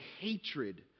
hatred